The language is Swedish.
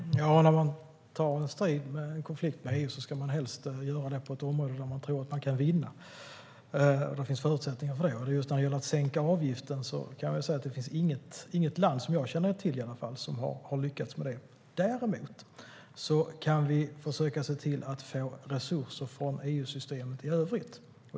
Fru talman! När man tar en strid, en konflikt, med EU ska man helst göra det på ett område där man tror att det finns förutsättningar att vinna. När det gäller att sänka avgiften kan jag säga att det inte finns något land, inte som jag känner till i alla fall, som har lyckats med det. Däremot kan vi försöka få resurser från EU-systemet i övrigt.